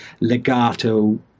legato